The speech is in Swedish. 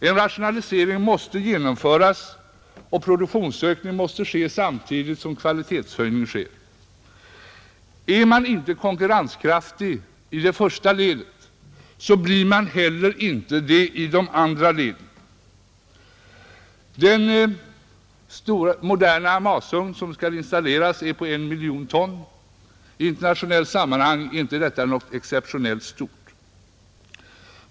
En rationalisering måste genomföras och en produktionsökning måste ske samtidigt som kvaliteten höjs. Om man inte är konkurrenskraftig i det första ledet blir man det inte heller i efterföljande led. Den moderna masugn som skall installeras är på 1 miljon ton. Internationellt sett är detta inte någon exceptionellt stor kapacitet.